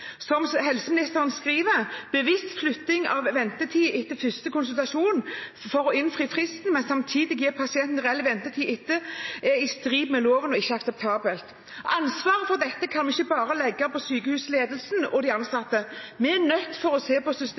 Som helseministeren skriver: «Bevisst flytting av ventetiden til etter første konsultasjon, for å innfri fristen, men samtidig gi pasienten den reelle ventetiden etter, er i strid med loven og ikke akseptabelt.» Ansvaret for dette kan vi ikke bare legge på sykehusledelsen og de ansatte. Vi er nødt til å se på